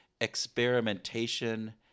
experimentation